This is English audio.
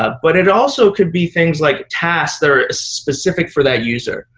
ah but it also could be things like tasks that are specific for that user.